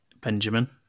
benjamin